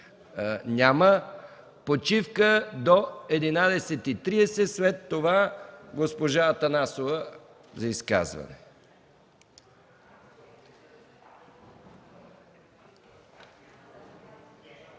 Няма. Почивка до 11,30 ч. След това – госпожа Атанасова за изказване.